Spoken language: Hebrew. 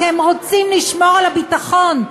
כי הם רוצים לשמור על הביטחון,